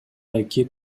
эки